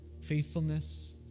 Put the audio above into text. faithfulness